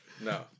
No